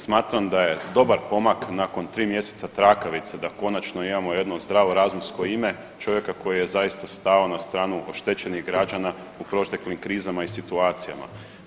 Smatram da je dobar pomak nakon 3 mjeseca trakavice da konačno imamo jedno zdravorazumsko ime čovjeka koji je zaista stao na stranu oštećenih građana u proteklim krizama i situacijama.